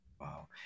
Wow